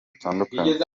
bitandukanye